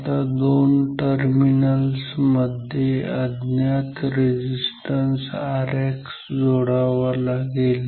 आता दोन टर्मिनल्स मध्ये अज्ञात रेझिस्टन्स Rx जोडावा लागेल